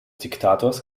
diktators